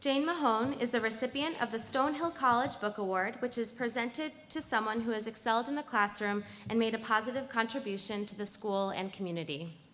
home is the recipient of the stonehill college book award which is presented to someone who has excelled in the classroom and made a positive contribution to the school and community